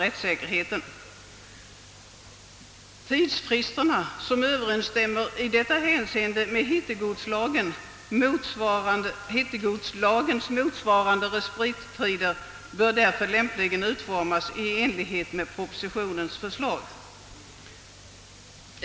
Tidsfristerna som i detta hänseende överensstämmer med hittegodslagens motsvarande respittider, bör därför lämpligen utformas i enlighet med propositionens förslag.